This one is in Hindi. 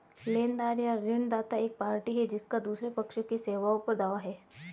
लेनदार या ऋणदाता एक पार्टी है जिसका दूसरे पक्ष की सेवाओं पर दावा है